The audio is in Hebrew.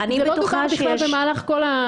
זה לא דובר בכלל במהלך כל הוועדה הזאת.